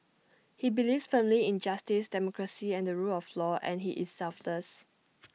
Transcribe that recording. he believes firmly in justice democracy and the rule of law and he is selfless